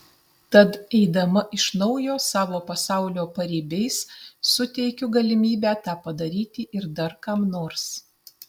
tad eidama iš naujo savo pasaulio paribiais suteikiu galimybę tą padaryti ir dar kam nors